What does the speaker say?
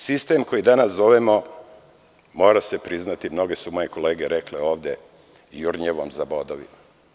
Sistem koji danas zovemo, mora se priznati mnoge su moje kolege rekle ovde, jurnjavom za bodovima.